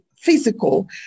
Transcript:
physical